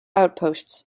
outposts